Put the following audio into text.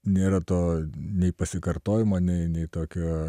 nėra to nei pasikartojimo nei nei tokio